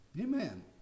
Amen